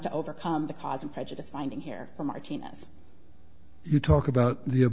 to overcome the cause of prejudice finding here for martinez you talk about